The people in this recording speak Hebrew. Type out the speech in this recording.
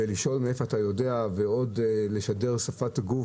לשאול מאיפה אתה יודע ולשדר שפת גוף